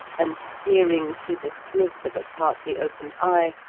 and, peering through the slit of a partly opened eye,